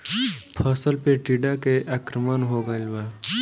फसल पे टीडा के आक्रमण हो गइल बा?